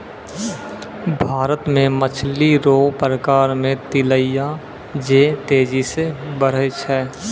भारत मे मछली रो प्रकार मे तिलैया जे तेजी से बड़ै छै